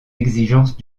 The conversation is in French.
exigences